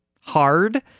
hard